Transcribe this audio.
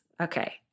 Okay